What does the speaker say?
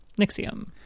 Nixium